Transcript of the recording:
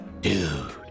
dude